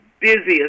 busiest